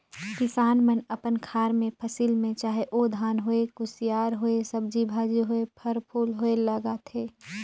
किसान मन अपन खार मे फसिल में चाहे ओ धान होए, कुसियार होए, सब्जी भाजी होए, फर फूल होए लगाथे